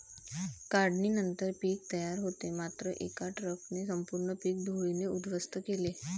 काढणीनंतर पीक तयार होते मात्र एका ट्रकने संपूर्ण पीक धुळीने उद्ध्वस्त केले